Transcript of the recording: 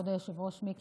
כבוד היושב-ראש מיקי,